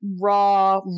raw